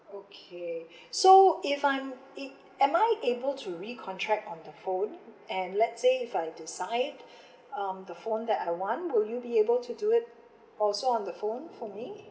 okay so if I'm it am I able to recontract on the phone and let say if I decide um the phone that I want would you be able to do it also on the phone for me